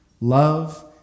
love